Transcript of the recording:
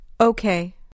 Okay